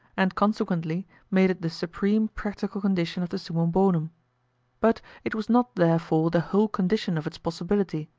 and consequently made it the supreme practical condition of the summum bonum but it was not therefore the whole condition of its possibility.